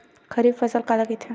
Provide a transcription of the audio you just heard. खरीफ फसल काला कहिथे?